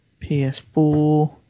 PS4